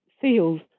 feels